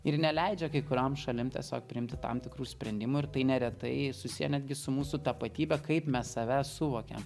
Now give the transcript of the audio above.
ir neleidžia kai kuriom šalim tiesiog priimti tam tikrų sprendimų ir tai neretai susiję netgi su mūsų tapatybe kaip mes save suvokiam